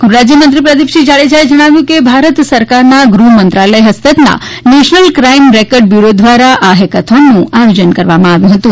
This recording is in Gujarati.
ગૃહ રાજ્યમંત્રી પ્રદિપસિંહ જાડેજાએ જણાવ્યું કે ભારત સરકારના ગૃહ મંત્રાલય હસ્તકના નેશનલ ક્રાઇમ રેકર્ડ બ્યૂરો દ્વારા આ હેકાથોનનું આથોજન કરવામાં આવ્યું હતું